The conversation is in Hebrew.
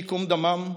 השם ייקום דמן,